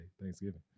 thanksgiving